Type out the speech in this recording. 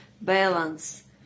balance